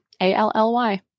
A-L-L-Y